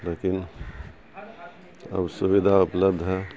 لیکن اب سویدھا اپلبدھ ہے